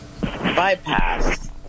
bypass